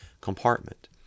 compartment